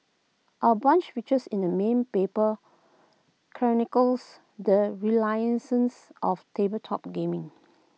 our brunch features in the main paper chronicles the renaissances of tabletop gaming